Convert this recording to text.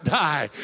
die